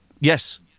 Yes